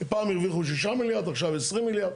פעם הרוויחו 6 מיליארד, עכשיו 20 מיליארד.